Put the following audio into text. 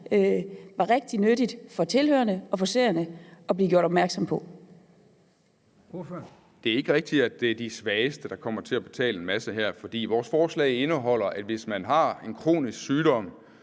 Formanden: Ordføreren. Kl. 15:20 Ole Birk Olesen (LA): Det er ikke rigtigt, at det er de svageste, der kommer til at betale en masse her, for vores forslag indeholder, at hvis man har en kronisk sygdom,